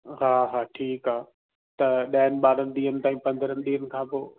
हा हा ठीकु आहे त ॾहनि ॿारहनि ॾींहंनि ताईं पंद्रहंनि ॾींहंनि खां पोइ